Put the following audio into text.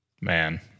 Man